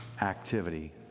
activity